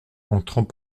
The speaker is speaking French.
entrant